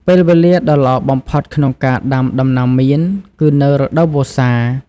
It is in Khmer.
ពេលវេលាដ៏ល្អបំផុតក្នុងការដាំដំណាំមៀន គឺនៅ រដូវវស្សា។